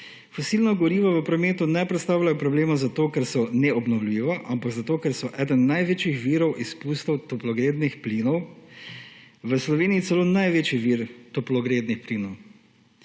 Fosilna goriva v prometu ne predstavljajo problema zato, ker so neobnovljiva, ampak zato, ker so eden največjih virov izpustov toplogrednih plinov, v Sloveniji celo največji vir toplogrednih plinov.